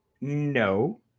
No